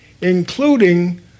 Including